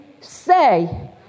say